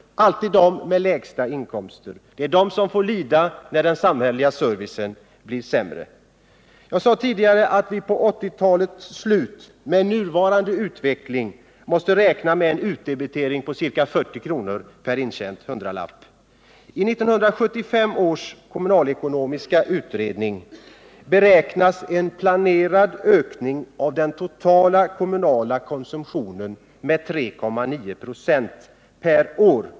Det är alltid de som har de lägsta inkomsterna som får lida, när den samhälleliga servicen blir sämre. Jag sade tidigare att vi med nuvarande utveckling mot slutet av 1980-talet måste räkna med en kommunal utdebitering på ca 40 kr. per intjänad hundralapp. I 1975 års kommunalekonomiska utredning räknar man med en planerad ökning av den totala kommunala konsumtionen på 3,9 26 per år.